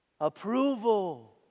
Approval